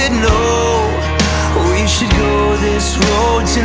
and no we should go this road